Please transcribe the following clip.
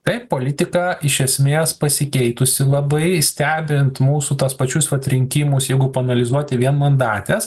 taip politika iš esmės pasikeitusi labai stebint mūsų tuos pačius vat rinkimus jeigu paanalizuoti vienmandates